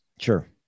Sure